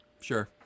sure